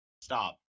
Stop